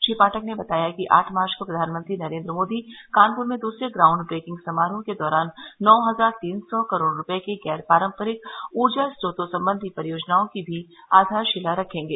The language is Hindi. श्री पाठक ने बताया कि आठ मार्च को प्रधानमंत्री नरेन्द्र मोदी कानपुर में दूसरे ग्राउंड ब्रेकिंग समारोह के दौरान नौ हजार तीन सौ करोड़ रूपये के गैर पारम्परिक ऊर्जा स्रोतों संबंधी परियोजनाओं की भी आधारशिला रखेंगे